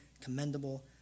commendable